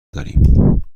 داریم